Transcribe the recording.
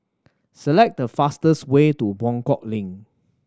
select the fastest way to Buangkok Link